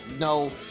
no